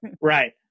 Right